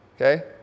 Okay